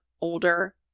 older